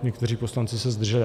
Někteří poslanci se zdrželi.